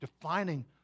defining